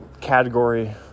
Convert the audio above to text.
category